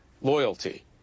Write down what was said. loyalty